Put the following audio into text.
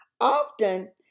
Often